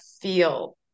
feel